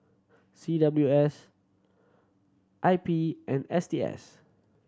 C W S I P and S T S